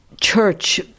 Church